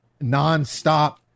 nonstop